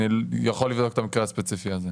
אני יכול לבדוק את המקרה הספציפי הזה.